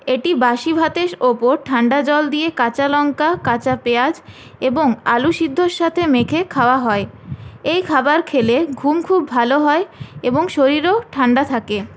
এটি বাসি ভাতের ওপর ঠান্ডা জল দিয়ে কাঁচা লঙ্কা কাঁচা পেঁয়াজ এবং আলুসিদ্ধর সাথে মেখে খাওয়া হয় এই খাবার খেলে ঘুম খুব ভালো হয় এবং শরীরও ঠান্ডা থাকে